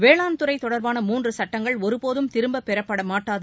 வேளாண் துறை தொடர்பான மூன்று சட்டங்கள் ஒருபோதும் திரும்பப் பெறப்பட மாட்டாது